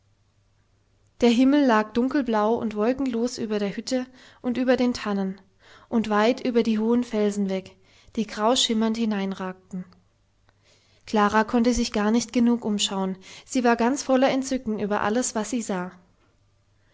der himmel lag dunkelblau und wolkenlos über der hütte und über den tannen und weit über die hohen felsen weg die grau schimmernd hineinragten klara konnte sich gar nicht genug umschauen sie war ganz voller entzücken über alles was sie sah